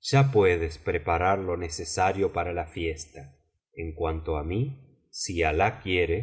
ya puedes preparar lo necesario para la fiesta en cuanto á mí si alah quiere